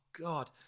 God